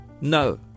No